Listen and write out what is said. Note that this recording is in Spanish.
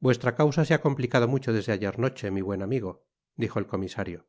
vuestra causa se ha complicado mucho desde ayer noche mi buen amigo dijo el comisario